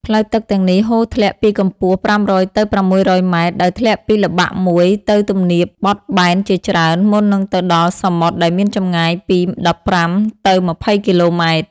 ផ្លូវទឹកទាំងនេះហូរធ្លាក់ពីកម្ពស់ ៥០០ ទៅ ៦០០ ម៉ែត្រ ដោយធ្លាក់ពីល្បាក់មួយទៅទំនាបបត់បែនជាច្រើន មុននឹងទៅដល់សមុទ្រដែលមានចម្ងាយពី ១៥ ទៅ ២០ គីឡូម៉ែត្រ។